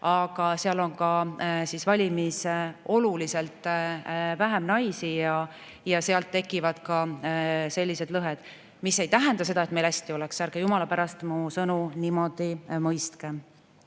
aga [nende puhul] on valimis oluliselt vähem naisi. Sellest tekivad ka sellised lõhed, mis ei tähenda seda, et meil hästi oleks. Ärge jumala pärast mu sõnu niimoodi mõistke!